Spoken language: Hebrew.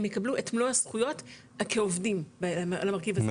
הם יקבלו את מלא הזכויות כעובדים למרכיב הזה.